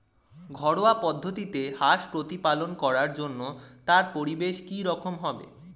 ঘরোয়া পদ্ধতিতে হাঁস প্রতিপালন করার জন্য তার পরিবেশ কী রকম হবে?